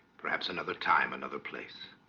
perhaps another time another place.